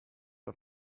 auf